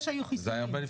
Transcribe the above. זה היה לפני שהיו חיסונים.